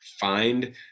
find